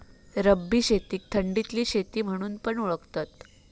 रब्बी शेतीक थंडीतली शेती म्हणून पण ओळखतत